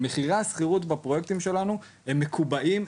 מחירי השכירות בפרויקטים שלנו הם מקובעים,